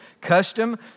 custom